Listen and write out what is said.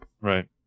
right